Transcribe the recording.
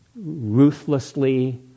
ruthlessly